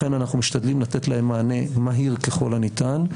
לכן אנחנו משתדלים לתת להם מענה מהיר ככל הניתן.